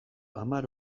hamar